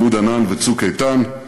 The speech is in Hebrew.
"עמוד ענן" ו"צוק איתן".